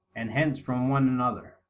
and hence from one another.